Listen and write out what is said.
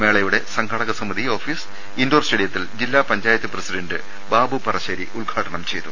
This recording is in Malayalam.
മേളയുടെ സംഘാടകസമിതി ഓഫീസ് ഇൻഡോർ സ്റ്റേഡി യത്തിൽ ജില്ലാ പഞ്ചായത്ത് പ്രസിഡന്റ് ബാബു പറശ്ശേരി ഉദ്ഘാടനം ചെയ്തു